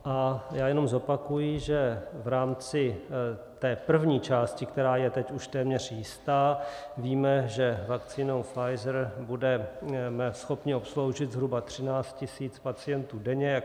A já jenom zopakuji, že v rámci té první části, která je teď už téměř jistá, víme, že vakcínou Pfizer budeme schopni obsloužit zhruba 13 tisíc pacientů denně.